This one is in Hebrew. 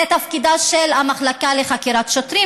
זה תפקידה של המחלקה לחקירות שוטרים,